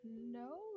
no